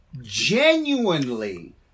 genuinely